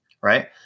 right